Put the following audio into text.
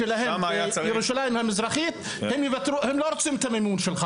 בירושלים המזרחית הם לא רוצים את המימון שלך.